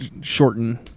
shorten